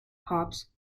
hops